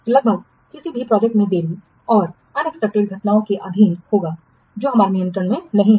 तो लगभग किसी भी प्रोजेक्ट में देरी और अप्रत्याशित घटनाओं के अधीन होगा जो हमारे नियंत्रण में नहीं है